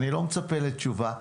אני לא מצפה לתשובה,